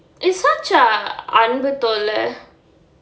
is such a அன்பு தொல்ல:anbu tholla